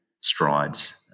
strides